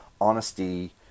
honesty